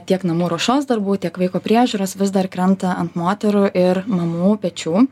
tiek namų ruošos darbų tiek vaiko priežiūros vis dar krenta ant moterų ir mamų pečių